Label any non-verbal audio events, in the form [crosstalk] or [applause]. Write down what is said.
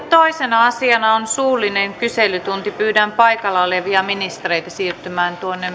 [unintelligible] toisena asiana on suullinen kyselytunti pyydän paikalla olevia ministereitä siirtymään